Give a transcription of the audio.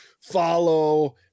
follow